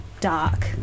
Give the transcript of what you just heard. dark